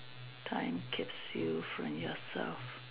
time capsule from yourself